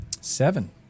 Seven